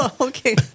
Okay